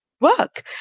work